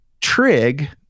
trig